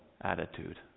attitude